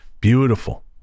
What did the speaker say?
beautiful